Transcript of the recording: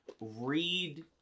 read